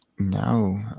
No